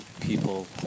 people